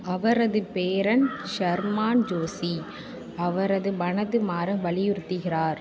அவரது பேரன் ஷர்மான் ஜோஷி அவரது மனது மாற வலியுறுத்துகிறார்